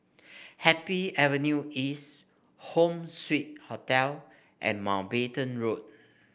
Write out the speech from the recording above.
Happy Avenue East Home Suite Hotel and Mountbatten Road